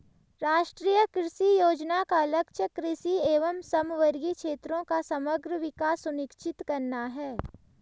राष्ट्रीय कृषि योजना का लक्ष्य कृषि एवं समवर्गी क्षेत्रों का समग्र विकास सुनिश्चित करना है